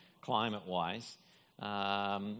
climate-wise